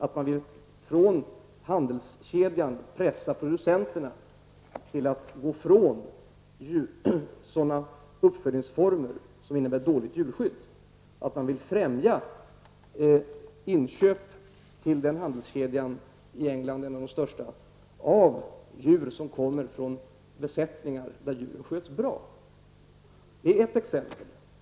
Den handelskedjan, en av Englands största, vill pressa producenterna att gå ifrån uppfödningsformer som innebär dåligt djurskydd, och man vill främja inköp av djur som kommer från besättningar som sköts bra.